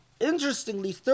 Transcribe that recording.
interestingly